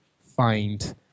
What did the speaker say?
find